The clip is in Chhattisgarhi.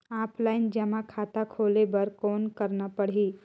ऑफलाइन जमा खाता खोले बर कौन करना पड़ही?